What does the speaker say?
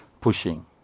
pushing